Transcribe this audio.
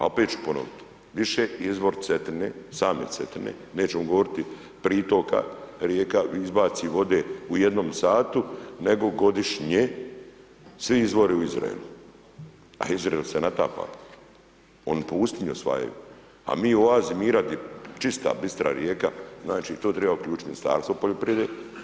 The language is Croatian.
A opet ću ponoviti, više izvor Cetine, same Cetine nećemo govoriti pritoka rijeka, izbaci vode u jednom satu nego godišnje svi izvoru u Izraelu a Izrael se natapa, oni pustinju osvajaju a mi u oazi mira di čista bistra rijeka, znači tu treba uključiti Ministarstvo poljoprivrede.